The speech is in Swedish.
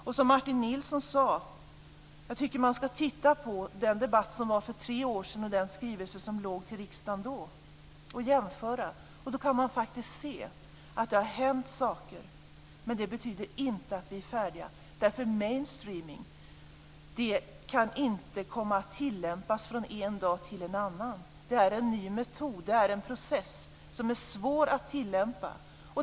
Liksom Martin Nilsson tycker jag att man ska jämföra med den debatt som var för tre år sedan och den skrivelse som då kom till riksdagen. Då kan man faktiskt se att det har hänt saker, men det betyder inte att vi är färdiga. Mainstreaming kan inte tillämpas från en dag till en annan. Det är en ny metod. Det är en process som är svår att tillämpa.